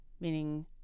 meaning